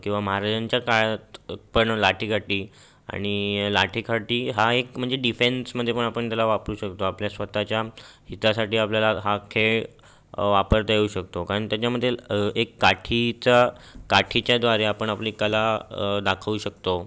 किंवा महाराजांच्या काळात पण लाठी काठी आणि लाठी काठी हा एक म्हणजे डिफेन्स म्हणजे पण आपण त्याला वापरू शकतो आपल्या स्वतःच्या हितासाठी आपल्याला आ हा खेळ वापरता येऊ शकतो कारण त्याच्यामध्ये एक काठीचा काठीच्या द्वारे आपण आपली कला दाखवू शकतो